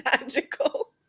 magical